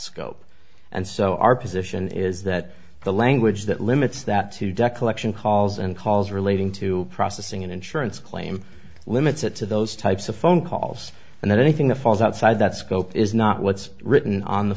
scope and so our position is that the language that limits that to dekel action calls and calls relating to processing an insurance claim limits it to those types of phone calls and then anything that falls outside that scope is not what's written on the